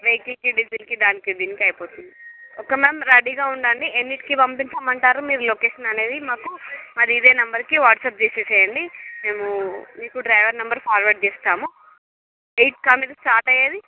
వెహికల్కి డీజిల్కి దానికి దీనికి అయిపోతుంది ఓకే మ్యామ్ రెడీగా ఉండండి ఎన్నింటికి పంపించమంటారు మీరు లొకేషన్ అనేది మాకు ఇదే నంబర్కి వాట్స్ అప్ చేసేయండి మేము మీకు డ్రైవర్ నంబర్ ఫార్వర్డ్ చేస్తాము ఎయిట్ కా మీరు స్టార్ట్ అయ్యేది